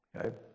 okay